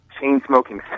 chain-smoking